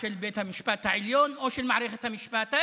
של בית המשפט העליון או של מערכת המשפט,